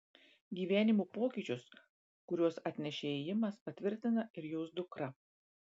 gyvenimo pokyčius kuriuos atnešė ėjimas patvirtina ir jos dukra